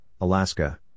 Alaska